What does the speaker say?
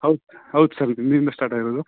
ಹೌದು ಹೌದು ಸರ್ ನಿನ್ನೆಯಿಂದ ಸ್ಟಾರ್ಟಾಗಿರೋದು